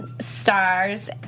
stars